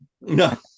No